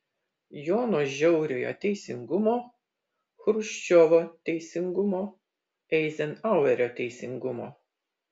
jono žiauriojo teisingumo chruščiovo teisingumo eizenhauerio teisingumo